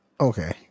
Okay